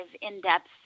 in-depth